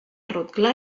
rotglà